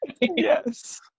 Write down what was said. Yes